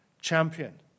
champion